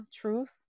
truth